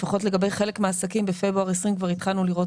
לפחות לגבי חלק מהעסקים בפברואר 2020 כבר התחלנו לראות